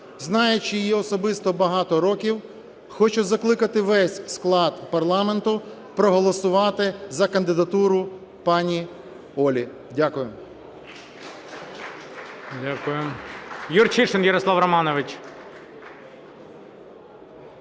Знаючи її особисто багато років, хочу закликати весь склад парламенту проголосувати за кандидатуру пані Олі. Дякую.